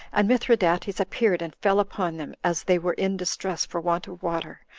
and mithridates appeared, and fell upon them, as they were in distress for want of water,